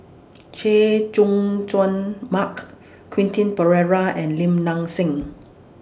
Chay Jung Jun Mark Quentin Pereira and Lim Nang Seng